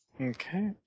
Okay